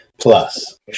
Plus